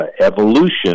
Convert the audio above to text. evolution